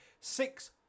six